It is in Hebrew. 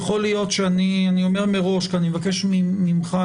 אומר מראש אני מבקש ממך,